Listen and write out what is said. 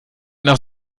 nach